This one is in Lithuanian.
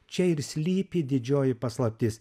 čia ir slypi didžioji paslaptis